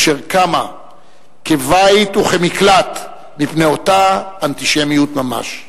אשר קמה כבית וכמקלט מפני אותה האנטישמיות ממש.